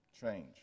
change